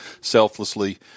selflessly